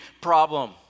problem